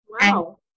Wow